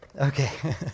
Okay